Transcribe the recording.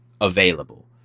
available